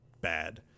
bad